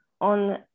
on